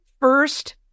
first